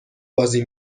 بازی